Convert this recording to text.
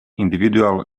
individual